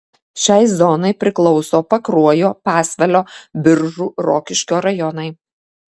šiai zonai priklauso pakruojo pasvalio biržų rokiškio rajonai